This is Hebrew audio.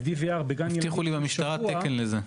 בגן ילדים --- הבטיחו לי במשטרה תקן לזה.